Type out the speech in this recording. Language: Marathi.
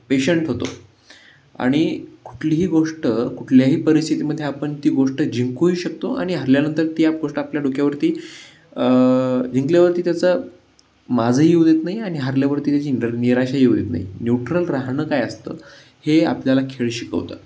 पेशंट होतो आणि कुठलीही गोष्ट कुठल्याही परिस्थितीमध्ये आपण ती गोष्ट जिंकूही शकतो आणि हरल्यानंतर ती आपल्या डोक्यावरती जिंकल्यावरती त्याचा माजही येऊ देत नाही आणि हारल्यावरती त्याची निराशाही येऊ देत नाही न्यूट्रल राहणं काय असतं हे आपल्याला खेळ शिकवतं